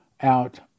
out